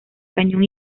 cañón